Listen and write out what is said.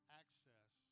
access